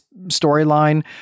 storyline